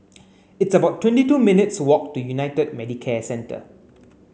it's about twenty two minutes' walk to United Medicare Centre